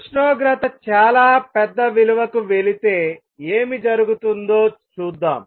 ఉష్ణోగ్రత చాలా పెద్ద విలువకు వెళితే ఏమి జరుగుతుందో చూద్దాం